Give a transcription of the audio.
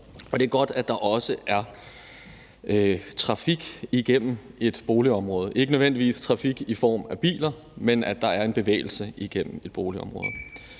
og det er godt, at der også er trafik igennem et boligområde, ikke nødvendigvis trafik i form af biler, men at der er en bevægelse igennem boligområdet.